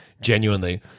genuinely